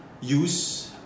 use